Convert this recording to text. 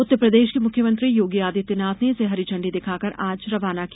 उत्तरप्रदेश के मुख्यमंत्री योगी आदित्यनाथ ने इसे हरी झण्डी दिखाकर आज रवाना किया